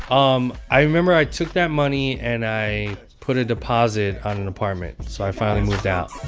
um i remember i took that money and i put a deposit on an apartment. so i finally moved out